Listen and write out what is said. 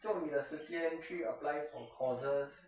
用你的时间去 apply for causes